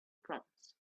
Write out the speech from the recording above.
proms